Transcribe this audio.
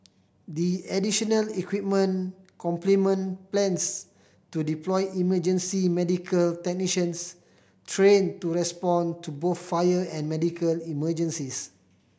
the additional equipment complement plans to deploy emergency medical technicians trained to respond to both fire and medical emergencies